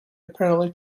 apparently